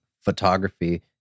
photography